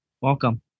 Welcome